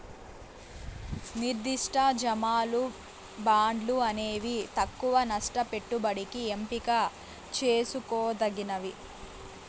నిర్దిష్ట జమలు, బాండ్లు అనేవి తక్కవ నష్ట పెట్టుబడికి ఎంపిక చేసుకోదగ్గవి